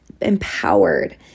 empowered